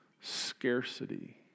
scarcity